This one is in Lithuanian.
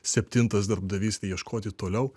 septintas darbdavys ieškoti toliau